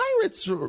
Pirates